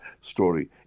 story